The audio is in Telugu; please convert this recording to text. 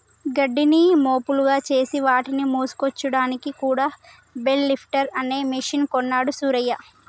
గడ్డిని మోపులుగా చేసి వాటిని మోసుకొచ్చాడానికి కూడా బెల్ లిఫ్టర్ అనే మెషిన్ కొన్నాడు సూరయ్య